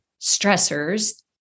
stressors